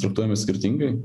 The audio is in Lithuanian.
traktuojame skirtingai